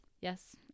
yes